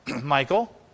Michael